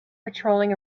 patrolling